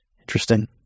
Interesting